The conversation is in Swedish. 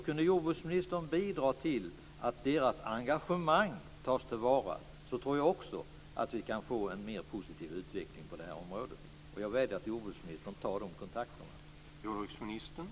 Kunde jordbruksministern bidra till att deras engagemang tas till vara tror jag att vi kan få en mer positiv utveckling på det här området. Jag vädjar till jordbruksministern att ta de kontakterna.